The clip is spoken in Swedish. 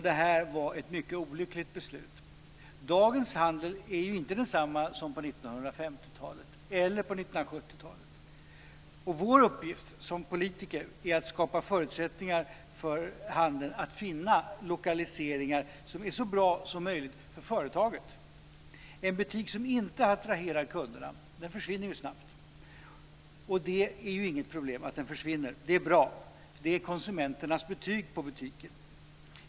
Det var ett mycket olyckligt beslut. Dagens handel är ju inte densamma som på 1950 talet eller 1970-talet. Vår uppgift som politiker är att skapa förutsättningar för handeln att finna lokaliseringar som är så bra som möjligt för företaget. En butik som inte attraherar kunderna försvinner snabbt. Det är ju inget problem att den försvinner. Det är bra. Det är konsumenternas betyg på butiken.